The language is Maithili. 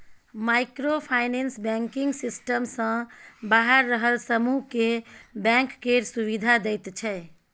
माइक्रो फाइनेंस बैंकिंग सिस्टम सँ बाहर रहल समुह केँ बैंक केर सुविधा दैत छै